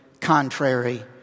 contrary